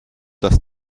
das